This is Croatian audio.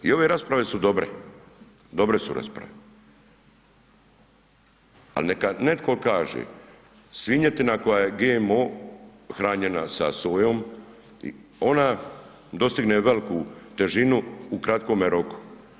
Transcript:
I ove rasprave su dobre, dobre su rasprave, ali neka netko kaže svinjetina koja je GMO hranjena sa sojom, ona dostigne veliku težinu u kratkome roku.